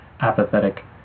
apathetic